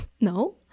No